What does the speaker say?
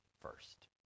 first